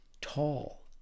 tall